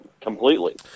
completely